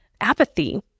apathy